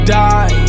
die